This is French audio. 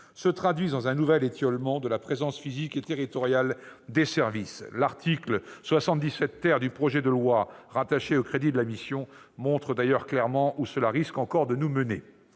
se traduisent par un nouvel étiolement de la présence physique et territoriale des services. L'article 77 du projet de loi, rattaché aux crédits de la mission, montre d'ailleurs clairement où cela risque encore de nous mener.